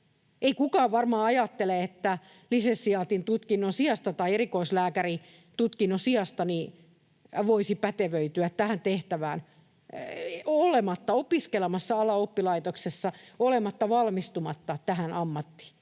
Ei kukaan varmaan ajattele, että lisensiaatin tutkinnon sijasta tai erikoislääkäritutkinnon sijasta voisi pätevöityä tähän tehtävään olematta opiskelemassa alan oppilaitoksessa, olematta valmistumatta tähän ammattiin.